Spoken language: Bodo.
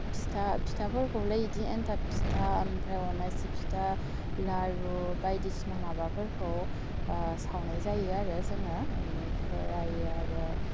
फिथा फिथाफोरखौलाय बिदि एन्थाब फिथा ओमफ्राय अनासि फिथा लारु बायदिसिना माबफोरखौ सावनाय जायो आरो जोङो इनिफ्रायो आरो